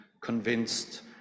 convinced